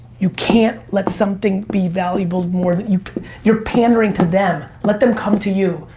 you can't let something be valuable more that you can, you're pandering to them. let them come to you,